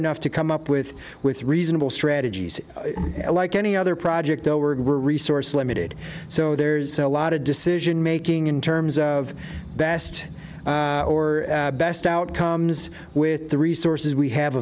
enough to come up with with reasonable strategies like any other project over or resource limited so there's a lot of decision making in terms of best or best outcomes with the resources we have